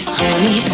honey